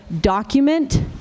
document